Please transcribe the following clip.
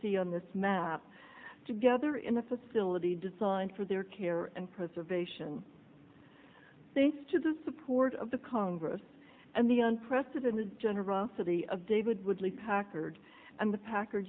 see on this map together in a facility designed for their care and preservation thanks to the support of the congress and the unprecedented generosity of david woodley packard and the pack